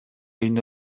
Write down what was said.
une